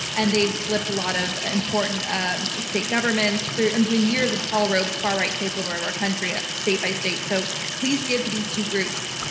and they've flipped a lot of important ah state governments. they're undoing years of karl rove's far-right takeover of our country, ah state by state. so please give to these two groups.